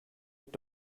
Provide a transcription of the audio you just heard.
mit